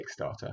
Kickstarter